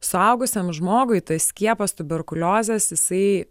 suaugusiam žmogui tas skiepas tuberkuliozės jisai